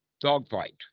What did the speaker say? dogfight